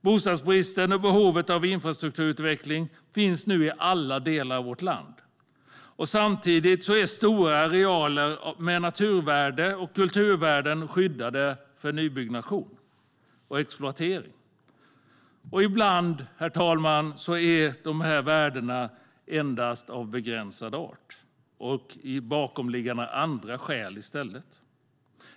Bostadsbristen och behovet av infrastrukturutveckling finns i alla delar av vårt land. Samtidigt är stora arealer med naturvärde och kulturvärden skyddade från exploatering och nybyggnation. Ibland är dessa värden endast av begränsad art. I stället ligger det andra skäl bakom.